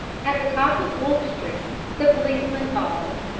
at the top of wolf street the policeman paused,